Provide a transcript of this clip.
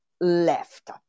left